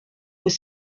aux